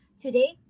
Today